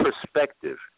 perspective